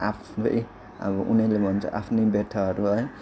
आफ्नै अब उनीहरूले भन्छ आफ्नै व्यथाहरू है